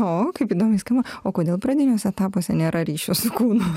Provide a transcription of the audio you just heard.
o kaip įdomiai skamba o kodėl pradiniuose etapuose nėra ryšio su kūnu